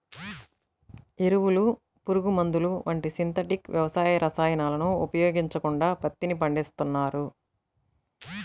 ఎరువులు, పురుగుమందులు వంటి సింథటిక్ వ్యవసాయ రసాయనాలను ఉపయోగించకుండా పత్తిని పండిస్తున్నారు